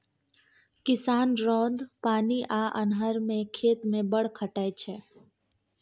किसान रौद, पानि आ अन्हर मे खेत मे बड़ खटय छै